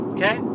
Okay